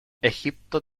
egipto